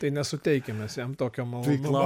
tai nesuteikim mes jam tokio malonumo